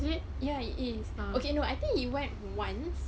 ya it is okay no I think he went once